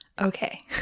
Okay